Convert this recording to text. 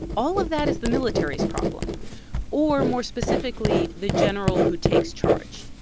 all of that is the military's problem or more specifically, the general who takes charge,